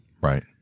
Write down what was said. right